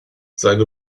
seine